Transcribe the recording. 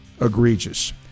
egregious